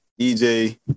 EJ